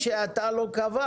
מי שקבע,